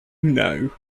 know